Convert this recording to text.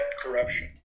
corruption